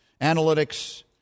analytics